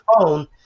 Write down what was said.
phone